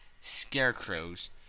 scarecrows